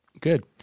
Good